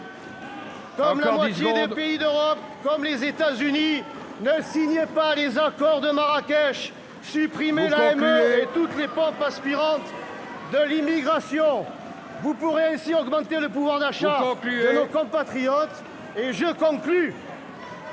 Comme la moitié des pays d'Europe, comme les États-Unis, ne signez pas les accords de Marrakech, supprimez l'AME ... Concluez !... et toutes les pompes aspirantes de l'immigration ! Concluez ! Vous pourrez ainsi augmenter le pouvoir d'achat de nos compatriotes. Je conclus,